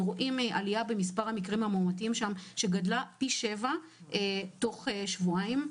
אנחנו רואים עלייה במספר המקרים המאומתים שם שגדלה פי שבעה תוך שבועיים,